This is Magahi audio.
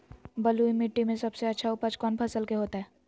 बलुई मिट्टी में सबसे अच्छा उपज कौन फसल के होतय?